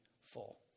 full